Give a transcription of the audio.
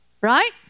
Right